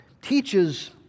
teaches